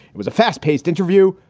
it was a fast paced interview,